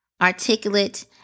articulate